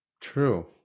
True